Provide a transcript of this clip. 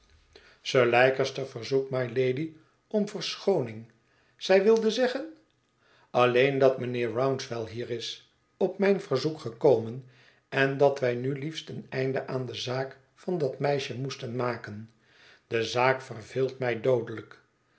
sir leicester verzoekt mylady om verschooning zij wilde zeggen alleen dat mijnheer rouncewell hier is op mijn verzoek gekomen en dat wij nu liefst een eind aan de zaak van dat meisje moesten maken de zaak verveelt mij doodelijk